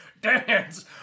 Dance